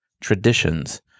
traditions